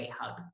hub